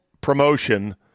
promotion